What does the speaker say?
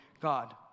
God